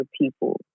people